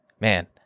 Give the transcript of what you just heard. man